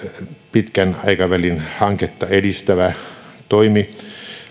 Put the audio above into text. pitkän aikavälin hanketta edistävä toimi